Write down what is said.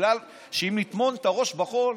מכיוון שאם נטמון את הראש בחול,